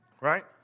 right